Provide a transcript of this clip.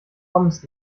commons